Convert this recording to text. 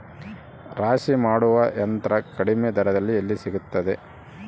ರಾಶಿ ಮಾಡುವ ಯಂತ್ರ ಕಡಿಮೆ ದರದಲ್ಲಿ ಎಲ್ಲಿ ಸಿಗುತ್ತದೆ?